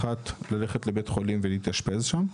ללכת לבית חולים סיעודי ולהתאשפז שם,